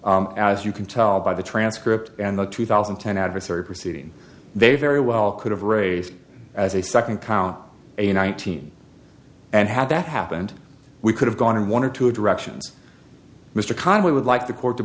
as you can tell by the transcript and the two thousand and ten adversary proceeding they very well could have raised as a second count a nineteen and had that happened we could have gone in one or two directions mr conway would like the court to